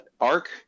arc